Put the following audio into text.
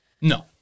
No